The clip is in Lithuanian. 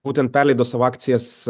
būtent perleido savo akcijas